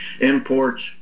imports